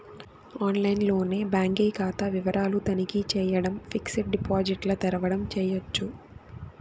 ఆన్లైన్లోనే బాంకీ కాతా వివరాలు తనఖీ చేయడం, ఫిక్సిడ్ డిపాజిట్ల తెరవడం చేయచ్చు